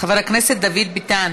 חבר הכנסת דוד ביטן.